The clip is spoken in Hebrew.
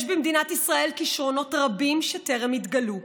יש במדינת ישראל כישרונות רבים שטרם התגלו,